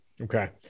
Okay